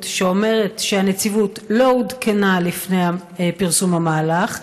שאומרת שהנציבות לא עודכנה לפני פרסום המהלך,